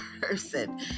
person